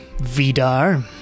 Vidar